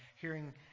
hearing